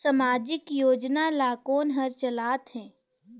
समाजिक योजना ला कोन हर चलाथ हे?